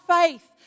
faith